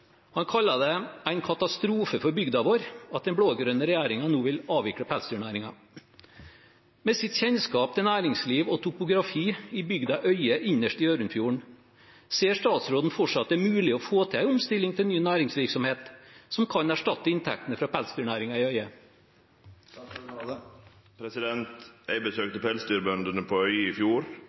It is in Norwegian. Han kalte det en katastrofe for bygda deres at den blå-grønne regjeringen nå vil avvikle pelsdyrnæringen. Med sin kjennskap til næringsliv og topografi i bygda Øye innerst i Hjørundfjorden, ser statsråden for seg at det er mulig å få til en omstilling til ny næringsvirksomhet som kan erstatte inntektene fra pelsdyrnæringen i Øye? Eg besøkte pelsdyrbøndene på Øye i fjor.